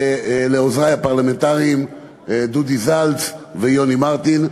ולעוזרי הפרלמנטריים דודי זלץ ויוני מרטין.